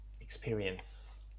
experience